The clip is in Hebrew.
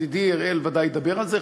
ידידי אראל בוודאי ידבר על זה,